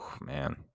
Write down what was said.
man